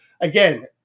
Again